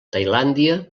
tailàndia